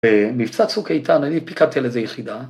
במבצע צוק איתן, אני פיקדתי על איזה יחידה